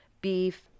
beef